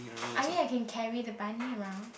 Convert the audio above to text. I mean I can carry the bunny around